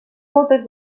moltes